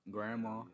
Grandma